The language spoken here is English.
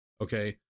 Okay